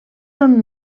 són